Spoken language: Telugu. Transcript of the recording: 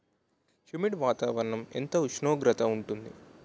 హ్యుమిడ్ వాతావరణం ఎంత ఉష్ణోగ్రత ఉంటుంది?